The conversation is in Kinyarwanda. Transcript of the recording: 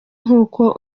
nkuko